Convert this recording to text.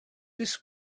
this